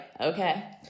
okay